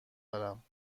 دارم